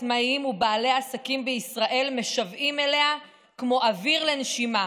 עצמאים ובעלי עסקים בישראל משוועים לה כמו אוויר לנשימה